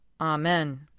Amen